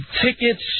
tickets